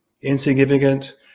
insignificant